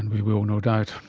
and we we will no doubt.